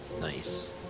Nice